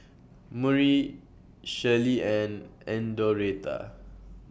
Murry Shirleyann and Doretha